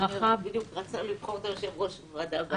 אני בדיוק רצה לבחור יושב-ראש ועדה גם.